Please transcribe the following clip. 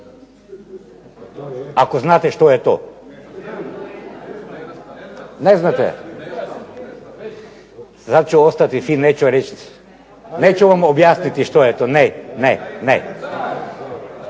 ako znate što je to. Ne znate? Sad ću ostati fin, neću reći, neću vam objasniti što je to. Ne, ne, ne.